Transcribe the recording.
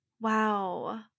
Wow